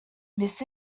miss